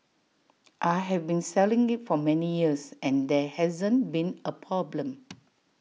I have been selling IT for many years and there hasn't been A problem